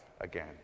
again